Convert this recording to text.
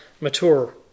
mature